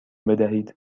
بدهید